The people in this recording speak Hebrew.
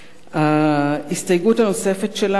ההסתייגות הנוספת שלנו: